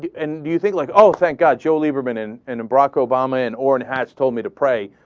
and do you think like, oh thank god, joe lieberman, and and and barack obama, and orrin hatch told me to pray.